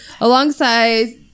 alongside